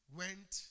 went